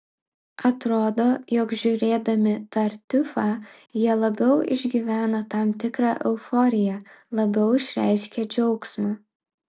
atrodo jog žiūrėdami tartiufą jie labiau išgyvena tam tikrą euforiją labiau išreiškia džiaugsmą